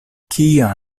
kia